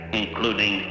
including